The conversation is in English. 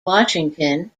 washington